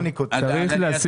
אתה רוצה להגיד